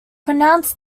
pronounced